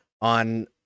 on